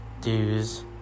dues